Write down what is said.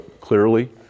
clearly